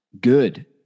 Good